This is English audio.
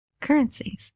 currencies